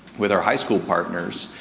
with our high school partners,